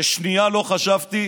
לשנייה לא חשבתי